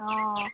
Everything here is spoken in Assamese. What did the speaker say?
অঁ